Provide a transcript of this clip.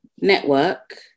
network